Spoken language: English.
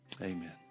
Amen